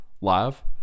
live